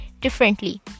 differently